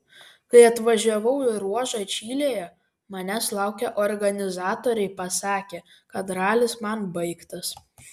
kai atvažiavau į ruožą čilėje manęs laukę organizatoriai pasakė kad ralis man baigtas